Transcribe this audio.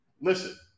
Listen